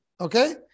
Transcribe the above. Okay